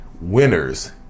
winners